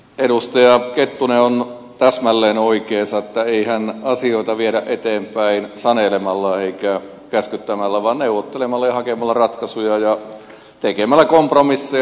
edustaja kettunen on täsmälleen oikeassa että eihän asioita viedä eteenpäin sanelemalla eikä käskyttämällä vaan neuvottelemalla ja hakemalla ratkaisuja ja tekemällä kompromisseja